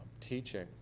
teaching